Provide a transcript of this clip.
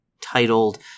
titled